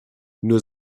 nur